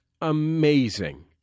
amazing